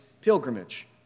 pilgrimage